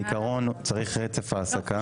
בעיקרון צריך רצף העסקה.